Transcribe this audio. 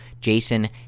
Jason